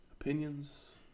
Opinions